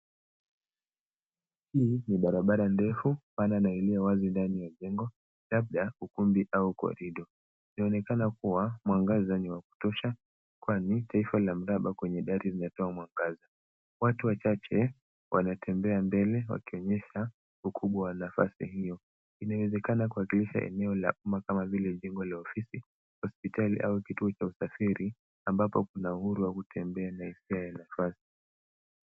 Hii ni barabara ndefu, pana na iliyo wazi ndani ya jengo, labda ukumbi au korido. Inaonekana kuwa mwangaza ni wa kutosha kwani taifa za mraba kwenye dari zinatoa mwangaza. Watu wachache wanatembea mbele wakionyesha ukubwa wa nafasi hio. Inawezekana kuwakilisha eneo la umma kama vile jengo la ofiisi, hospitali au kituo cha usafiri ambapo kuna uhuru wa kutembea na hisia ya nafasi.